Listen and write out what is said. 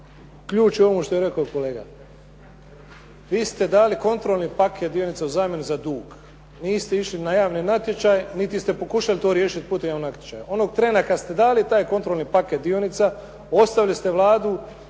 ključ ovom što je rekao kolega. Vi ste dali kontrolni paket dionica u zamjenu za dug. Niste išli na javni natječaj niti ste pokušali to riješiti putem javnog natječaja. Onog trena kada ste dali taj kontrolni paket dionica ostavili ste Vladu